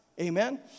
Amen